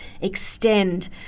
extend